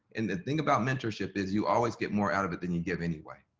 and the thing about mentorship is you always get more out of it then you give anyway,